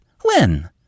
When